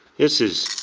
this is